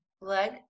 Leg